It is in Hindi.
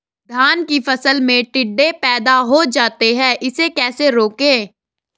धान की फसल में टिड्डे पैदा हो जाते हैं इसे कैसे रोकें?